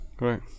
Right